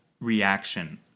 reaction